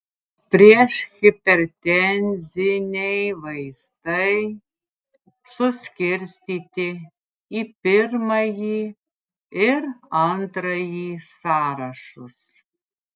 priešhipertenziniai vaistai suskirstyti į pirmąjį ir antrąjį sąrašus